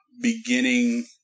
beginning